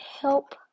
help